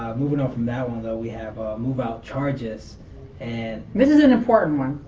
moving on from that one, though, we have ah move-out charges and this is an important one.